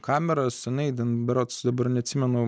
kamera seniai ten berods dabar neatsimenu